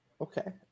Okay